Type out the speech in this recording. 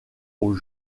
aux